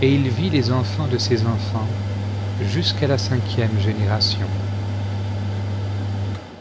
et il vit les enfants de ses enfants jusqu'à la cinquième génération